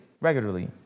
regularly